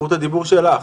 זכות הדיבור שלך.